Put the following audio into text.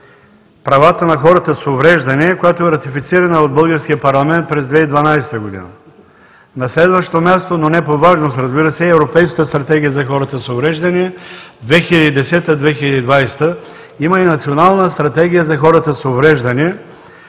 правата на хората с увреждания, която е ратифицирана от българския парламент през 2012 г. На следващо място, но не по важност, разбира се, е Европейската стратегия за хората с увреждания 2010 – 2020. Има и Национална стратегия за хората с увреждания